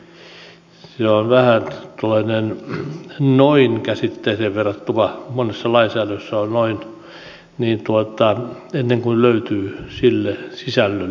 se on vähän tuollainen noin käsitteseen verrattava monessa lainsäädännössä on noin ennen kuin sille löytyy sisällöllisesti määräys